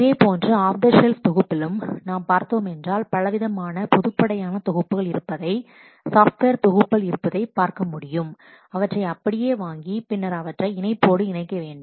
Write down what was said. இதேபோன்று off the shelf தொகுப்பிலும் நாம் பார்த்தோமென்றால் பலவிதமான பொதுப்படையான தொகுப்புகள் இருப்பதை சாஃப்ட்வேர் தொகுப்புகள் இருப்பதை பார்க்க முடியும் அவற்றை அப்படியே வாங்கி பின்னர் அவற்றை இணைப்போடு இணைக்க வேண்டும்